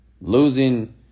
Losing